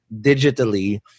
digitally